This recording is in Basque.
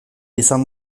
izan